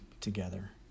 together